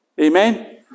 Amen